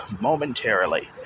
momentarily